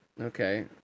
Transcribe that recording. Okay